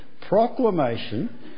proclamation